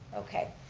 okay,